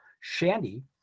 Shandy